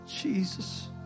Jesus